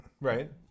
Right